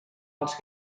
els